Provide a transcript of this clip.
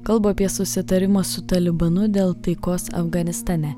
kalba apie susitarimą su talibanu dėl taikos afganistane